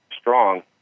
strong